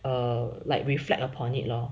err like reflect upon it lor